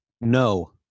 No